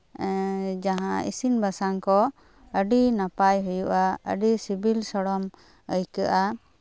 ᱡᱟᱦᱟᱸ ᱤᱥᱤᱱ ᱵᱟᱥᱟᱝ ᱠᱚ ᱟᱹᱰᱤ ᱱᱟᱯᱟᱭ ᱦᱩᱭᱩᱜᱼᱟ ᱟᱹᱰᱤ ᱥᱤᱵᱤᱞ ᱥᱚᱲᱚᱢ ᱟᱹᱭᱠᱟᱹᱜᱼᱟ